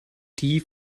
die